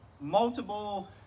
multiple